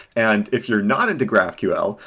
and if you're not into graphql,